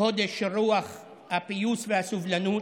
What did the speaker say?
חודש של רוח הפיוס והסובלנות,